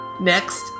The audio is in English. next